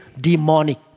demonic